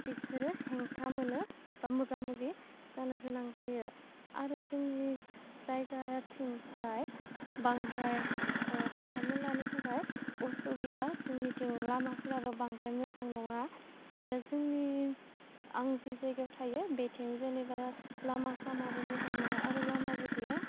बिसोरो हेंथा मोनो बा मोगा मोगि जानो गोनां जायो आरो जोंनि जायगाथिंजाय बांद्राय हान्थामेलानि थाखाय असुबिदा जोंनिथिं लामाफोराबो बांद्राय मोजां नङा आरो जोंनि आं जि जायगायाव थायो बेथिंजायनिबोला लामा सामाबो मोजां नङा आरो लामाबो गैया